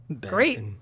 Great